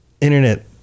internet